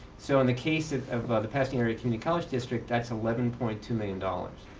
so in the case of of ah the pasadena community college district, that's eleven point two million dollars.